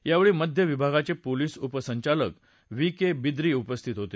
यावेळी मध्य विभागाचे पोलिस उपसंचालक व्ही के बिद्री उपस्थित होते